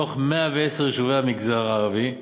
מתוך 110 יישובי המגזר הערבי,